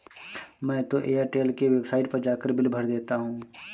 मैं तो एयरटेल के वेबसाइट पर जाकर बिल भर देता हूं